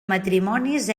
matrimonis